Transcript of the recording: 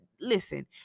listen